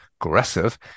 aggressive